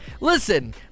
listen